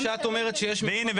והנה,